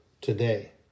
today